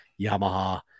Yamaha